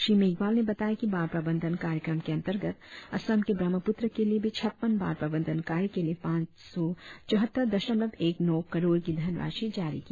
श्री मेघवाल ने बताया कि बाढ़ प्रबंधन कार्यक्रम के अंतर्गत असम के ब्रम्हापूत्र के लिए भी छप्पन बाढ़ प्रबंधन कार्य के लिए पांच सौ चौहत्तर दशमलव एक नौ करोड़ की धनराशि जारी की गई है